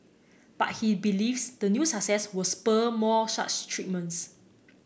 but he believes the new success will spur more such treatments